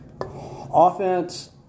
offense